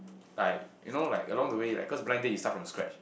like you know like along the way like cause blind date you start from scratch